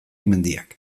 mendiak